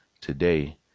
today